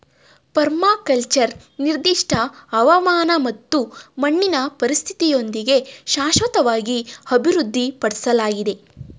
permaculture ನಿರ್ದಿಷ್ಟ ಹವಾಮಾನ ಮತ್ತು ಮಣ್ಣಿನ ಪರಿಸ್ಥಿತಿಯೊಂದಿಗೆ ಶಾಶ್ವತವಾಗಿ ಅಭಿವೃದ್ಧಿಪಡ್ಸಲಾಗಿದೆ